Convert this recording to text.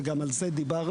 וגם על זה דיברנו,